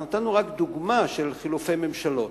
אנחנו נתנו רק דוגמה של חילופי ממשלות,